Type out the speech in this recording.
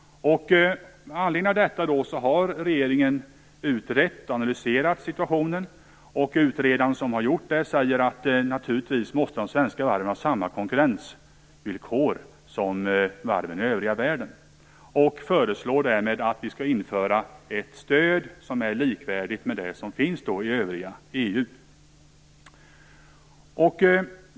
Med anledning av detta har regeringen utrett och analyserat situationen. Utredaren som har gjort detta säger att de svenska varven naturligtvis måste ha samma konkurrensvillkor som varven i övriga världen. Han föreslår därmed att vi skall införa ett stöd som är likvärdigt med det som finns i övriga EU.